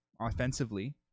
offensively